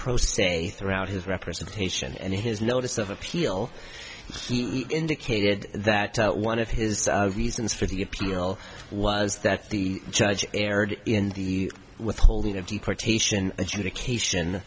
pro state throughout his representation and in his notice of appeal he indicated that one of his reasons for the appeal was that the judge erred in the withholding of deportation adjudication